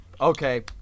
Okay